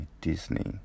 Disney